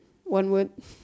one word